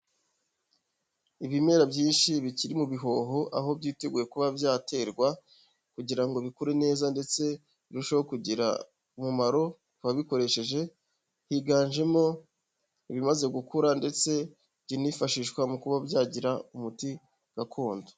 Ibimera byinshi bikiri mu bihoho aho byiteguye kuba byaterwa kugira ngo bikure neza ndetse birusheho kugira umumaro ku wabikoresheje, higanjemo ibimaze gukura ndetse binifashishwa mu kuba byagira umuti gakondo.